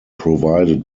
provided